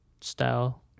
style